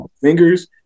Fingers